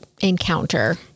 encounter